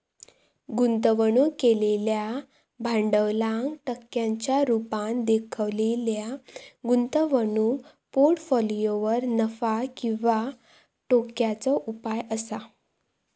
गुंतवणूक केलेल्या भांडवलाक टक्क्यांच्या रुपात देखवलेल्या गुंतवणूक पोर्ट्फोलियोवर नफा किंवा तोट्याचो उपाय असा